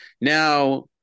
Now